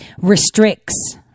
restricts